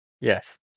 Yes